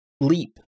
leap